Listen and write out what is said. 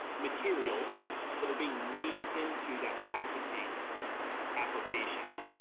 materials that are being made into that packaging application.